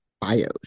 bios